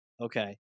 Okay